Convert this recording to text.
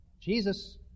Jesus